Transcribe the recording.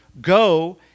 go